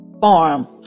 farm